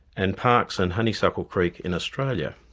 and parkes and honeysuckle creek in australia.